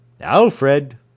Alfred